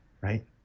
Right